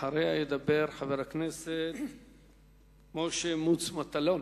אחריה ידבר חבר הכנסת משה מוץ מטלון.